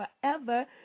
forever